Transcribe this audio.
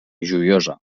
joiosa